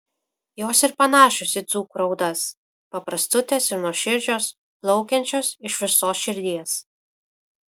jos ir panašios į dzūkų raudas paprastutės ir nuoširdžios plaukiančios iš visos širdies